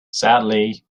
sadly